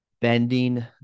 bending